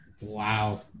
wow